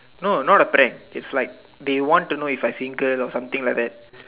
no not a prank it's like they want to know if I'm single or something like that